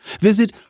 visit